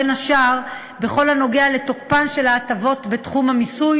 בין השאר בכל הנוגע לתוקפן של ההטבות בתחום המיסוי